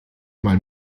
mal